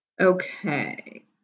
Okay